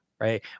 right